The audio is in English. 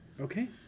Okay